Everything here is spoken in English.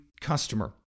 customer